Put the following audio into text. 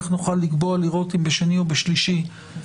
כך נוכל לראות אם נקבע את שני או שלישי להצבעות.